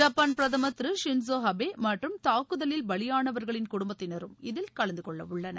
Japan பிரதமர் திரு ஷின்ஸோஅபேமற்றும் தாக்குதலில் பலியானவர்களின் குடும்பத்தினரும் இதில் கலந்துகொள்ளவுள்ளனர்